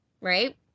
right